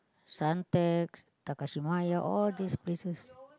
Suntec Takashimaya all these places